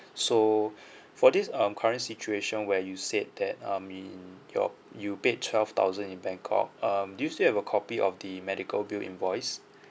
so for this um current situation where you said that um in your you paid twelve thousand in bangkok um do you still have a copy of the medical bill invoice